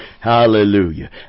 Hallelujah